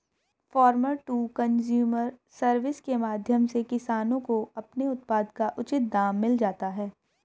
farmer to consumer service के माध्यम से किसानों को अपने उत्पाद का उचित दाम मिल जाता है